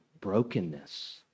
brokenness